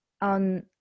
on